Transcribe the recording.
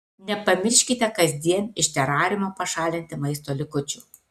nepamirškite kasdien iš terariumo pašalinti maisto likučių